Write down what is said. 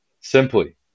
Simply